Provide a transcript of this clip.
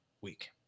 week